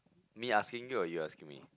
me asking you or you asking me